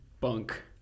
bunk